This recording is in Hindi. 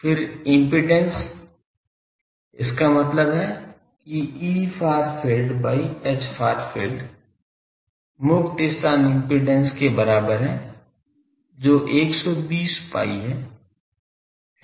फिर इम्पीडेन्स इसका मतलब है कि Efar field by Hfar field मुक्त स्थान इम्पीडेन्स के बराबर है जो 120 pi है